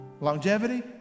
Longevity